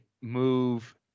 move